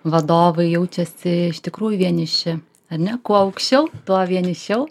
vadovai jaučiasi iš tikrųjų vieniši ar ne kuo aukščiau tuo vienišiau